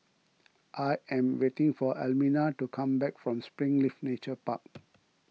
I am waiting for Elmina to come back from Springleaf Nature Park